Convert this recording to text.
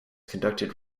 conducted